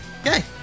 Okay